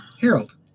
Harold